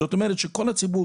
זאת אומרת שכל הציבור,